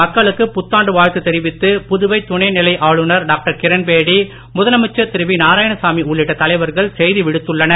மக்களுக்கு புத்தாண்டு வாழ்த்து தெரிவித்து புதுவை துணை நிலை ஆளுநர் டாக்டர் கிரண்பேடி முதலமைச்சர் திரு நாராயணசாமி உள்ளிட்ட தலைவர்கள் செய்தி விடுத்துள்ளனர்